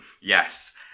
Yes